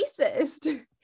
racist